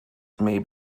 may